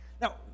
Now